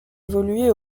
évoluait